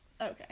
Okay